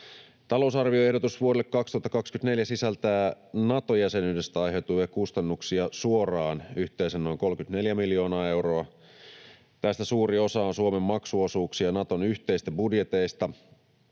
Talousarvioehdotus vuodelle 2024 sisältää Nato-jäsenyydestä aiheutuvia kustannuksia suoraan yhteensä noin 34 miljoonaa euroa. Tästä suurin osa on Suomen maksuosuuksia Naton yhteisistä budjeteista.